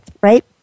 right